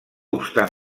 obstant